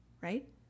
right